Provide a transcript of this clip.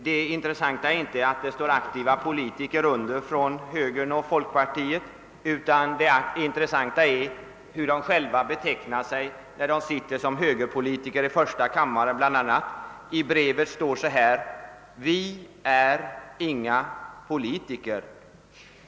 Det intressanta är inte att brevet är undertecknat av aktiva politiker från högern och folkpartiet, utan det intressanta är hur dessa politiker, bl.a. i första kammaren, betecknar sig. Det står i brevet: »Vi är inga politiker».